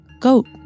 Goat